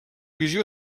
visió